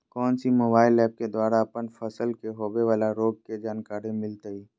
कौन सी mobile app के द्वारा अपन फसल के होबे बाला रोग के जानकारी मिलताय?